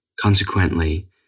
Consequently